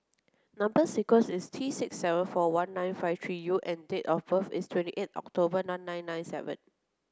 number sequence is T six seven four one nine five three U and date of birth is twenty eight October nine nine nine seven